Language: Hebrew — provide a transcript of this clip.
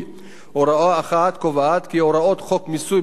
הוראה אחת קובעת כי הוראות חוק מיסוי במקרקעין